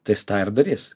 tai jis tą ir darys